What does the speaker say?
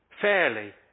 fairly